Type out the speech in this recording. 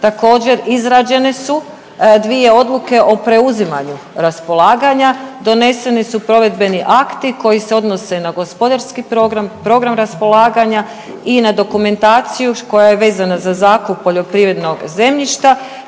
Također, izrađene su dvije odluke o preuzimanju raspolaganja, doneseni su provedbeni akti koji se odnose na gospodarski program, program raspolaganja i na dokumentaciju koja je vezana za zakup poljoprivrednog zemljišta